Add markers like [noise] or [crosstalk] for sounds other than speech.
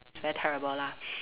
it's very terrible lah [noise]